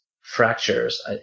fractures